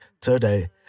today